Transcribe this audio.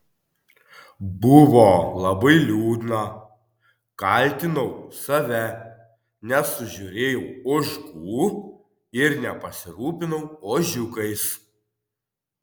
buvo labai liūdna kaltinau save nesužiūrėjau ožkų ir nepasirūpinau ožiukais